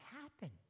happen